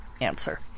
answer